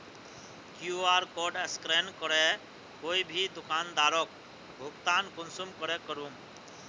QR code scan करे कोई भी दुकानदारोक भुगतान कुंसम करे करूम?